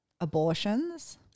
abortions